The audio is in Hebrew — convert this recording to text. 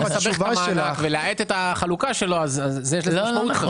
אפשר להאט את החלוקה שלו, יש לזה משמעות.